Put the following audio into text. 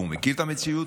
והוא מכיר את המציאות,